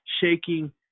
shaking